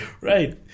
Right